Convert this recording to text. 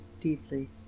deeply